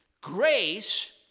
grace